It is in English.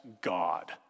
God